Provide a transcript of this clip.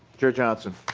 chair johnson.